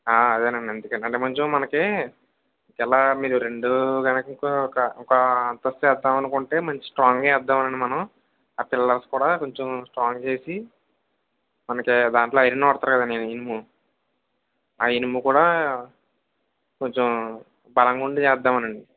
అదేనండి అందుకేనండి కొంచం మనకీ ఇలా మీరు రెండు కనుక ఒక ఒక అంతస్తు వేద్దామనుకుంటే మంచి స్ట్రాంగ్గా వేద్దామండి మనం ఆ పిల్లర్స్ కూడా కొంచం స్ట్రాంగ్గా వేసి మనకి దాంట్లో ఐరన్ వాడతారు కదండీ ఇనుము ఆ ఇనుము కూడా కొంచం బలంగా ఉండేది వేద్దామని అండి